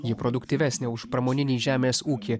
ji produktyvesnė už pramoninį žemės ūkį